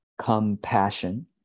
compassion